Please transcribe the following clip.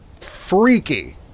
freaky